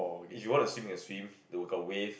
if you want to swim you can swim they got wave